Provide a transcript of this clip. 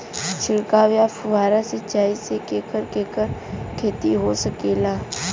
छिड़काव या फुहारा सिंचाई से केकर केकर खेती हो सकेला?